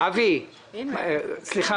אבי ניסנקורן,